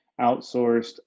outsourced